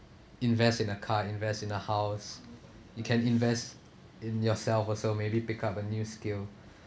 invest in a car invest in a house you can invest in yourself also maybe pick up a new skill